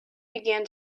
began